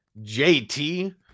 JT